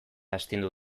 astindu